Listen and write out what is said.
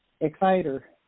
exciter